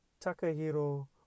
takahiro